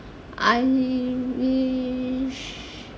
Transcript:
I wish